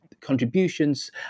contributions